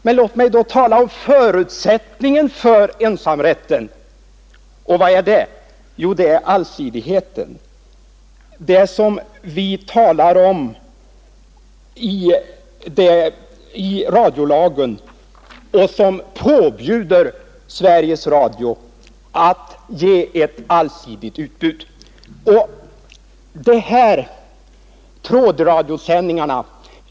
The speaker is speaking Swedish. Men låt mig då tala om förutsättningen för ensamrätt. Vilken är den? Jo, det är allsidigheten — det som det talas om i radiolagen som påbjuder Sveriges Radio att ge ett allsidigt utbud.